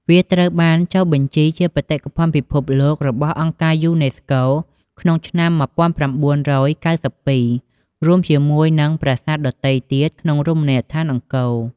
វាត្រូវបានចុះបញ្ជីជា បេតិកភណ្ឌពិភពលោក របស់អង្គការយូណេស្កូក្នុងឆ្នាំ ១៩៩២ រួមជាមួយនឹងប្រាសាទដទៃទៀតក្នុងរមណីយដ្ឋានអង្គរ។